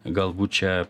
galbūt čia